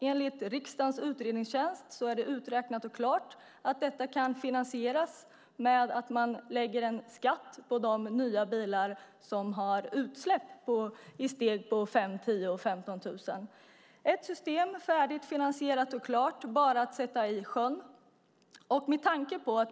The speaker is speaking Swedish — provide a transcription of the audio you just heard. Enligt riksdagens utredningstjänst är det också uträknat och klart att detta kan finansieras med att man lägger en skatt på de nya bilar som har utsläpp, i steg om 5 000, 10 000 och 15 000. Det är ett system som är färdigt, finansierat och klart - bara att sätta i sjön.